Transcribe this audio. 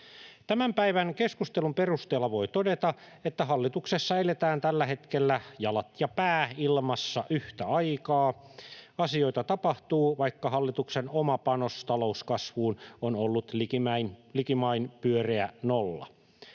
Tämän päivän keskustelun perusteella voi todeta, että hallituksessa eletään tällä hetkellä jalat ja pää ilmassa yhtä aikaa. Asioita tapahtuu, vaikka hallituksen oma panos talouskasvuun on ollut likimain pyöreä nolla.